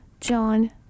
John